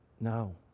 no